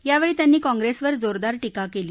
यावेळी त्यांनी कॉंग्रेसवर जोरदार टीका केली